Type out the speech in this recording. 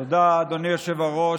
תודה, אדוני היושב-ראש.